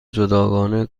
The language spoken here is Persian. جداگانه